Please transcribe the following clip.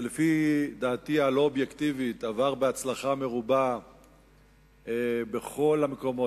שלפי דעתי הלא-אובייקטיבית עבר בהצלחה מרובה בכל המקומות.